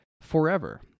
forever